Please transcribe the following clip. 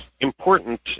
important